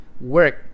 work